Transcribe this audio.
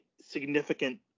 significant